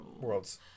Worlds